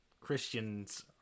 Christians